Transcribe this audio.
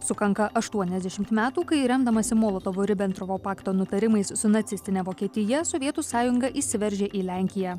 sukanka aštuoniasdešimt metų kai remdamasi molotovo ribentropo pakto nutarimais su nacistine vokietija sovietų sąjunga įsiveržė į lenkiją